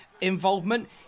involvement